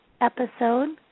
episode